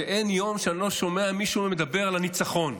אין יום שאני לא שומע מישהו מדבר על הניצחון.